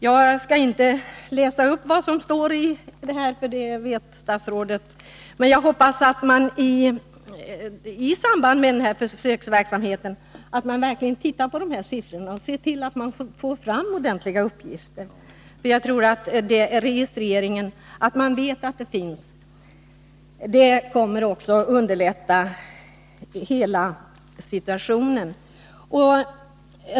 Jag skall inte läsa upp den redovisningen — statsrådet vet vad som står i den — men jag hoppas att man i samband med försöksverksamheten verkligen tittar på dessa siffror och ser till att få fram ordentliga uppgifter. Jag tror nämligen att detta att man vet att det finns en registrering underlättar situationen.